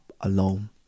alone